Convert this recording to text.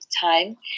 time